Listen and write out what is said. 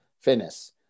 fitness